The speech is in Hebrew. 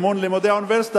מימון לימודי האוניברסיטה,